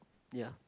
ya